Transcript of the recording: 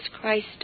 Christ